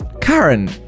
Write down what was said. karen